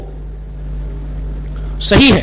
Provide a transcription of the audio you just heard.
नितिन कुरियन सही है